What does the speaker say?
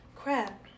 Crap